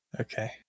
Okay